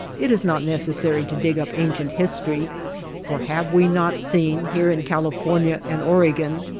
it is not necessary to dig up ancient history for have we not seen, here in california and oregon,